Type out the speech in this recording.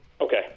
Okay